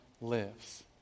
lives